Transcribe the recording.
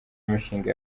mishinga